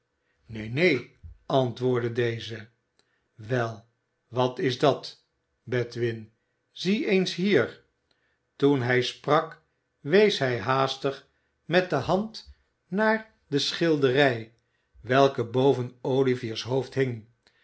neen neen antwoordde deze wel wat is dat bedwin zie eens hier toen hij sprak wees hij haastig met de hand naar de schilderij welke boven olivier's hoofd hing